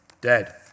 dead